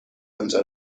آنجا